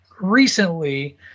recently –